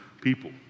people